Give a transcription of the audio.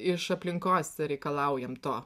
iš aplinkos reikalaujam to